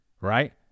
Right